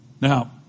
Now